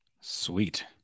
Sweet